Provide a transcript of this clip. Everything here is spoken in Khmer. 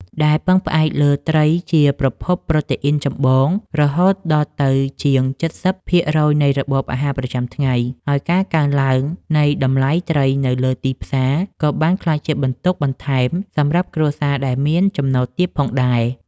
ដែលពឹងផ្អែកលើត្រីជាប្រភពប្រូតេអ៊ីនចម្បងរហូតដល់ទៅជាង ៧០ ភាគរយនៃរបបអាហារប្រចាំថ្ងៃ ហើយការកើនឡើងនៃតម្លៃត្រីនៅលើទីផ្សារក៏បានក្លាយជាបន្ទុកបន្ថែមសម្រាប់គ្រួសារដែលមានចំណូលទាបផងដែរ។